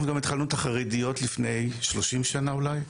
אנחנו גם התחלנו את החרדיות לפני 30 שנה אולי,